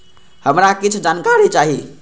हमरा कीछ जानकारी चाही